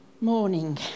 Morning